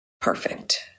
perfect